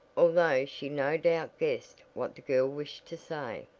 although she no doubt guessed what the girl wished to say.